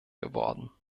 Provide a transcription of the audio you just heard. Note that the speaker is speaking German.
geworden